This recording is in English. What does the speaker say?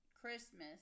Christmas